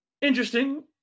Interesting